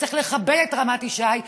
וצריך לכבד את רמת ישי,